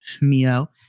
Mio